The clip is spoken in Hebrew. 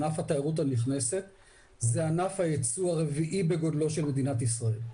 ענף התיירות הנכנסת זה ענף היצוא הרביעי בגודלו של מדינת ישראל.